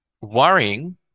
worrying